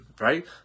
right